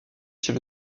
chez